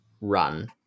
run